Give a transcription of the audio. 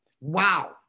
Wow